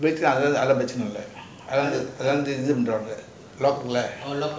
அது அது அது பிரேசனா இல்ல அதன்:athu athu athu preachana illa athan lock இருக்குல்ல:irukula